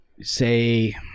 say